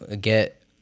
get